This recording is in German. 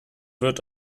wird